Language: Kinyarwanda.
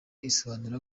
isobanura